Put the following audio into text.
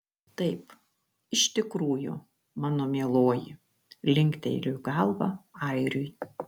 taip iš tikrųjų mano mieloji linktelėjo galva airiui